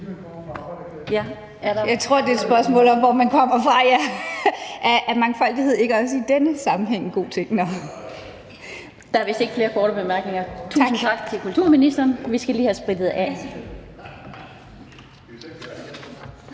Jeg tror, at det er et spørgsmål om, hvor man kommer fra. Er mangfoldighed ikke også i denne sammenhæng en god ting?). Der er vist ikke flere korte bemærkninger. Tusind tak til kulturministeren. Og vi skal lige i have sprittet af.